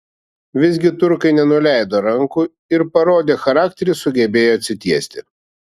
visgi turkai nenuleido rankų ir parodę charakterį sugebėjo atsitiesti